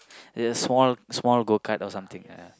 there's small small go kart or something ya